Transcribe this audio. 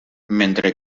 mentre